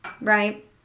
right